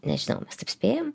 nežinau mes taip spėjam